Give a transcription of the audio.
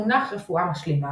המונח רפואה משלימה,